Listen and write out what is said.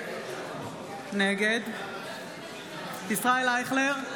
נגד ישראל אייכלר,